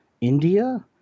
India